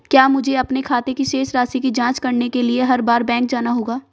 क्या मुझे अपने खाते की शेष राशि की जांच करने के लिए हर बार बैंक जाना होगा?